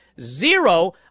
Zero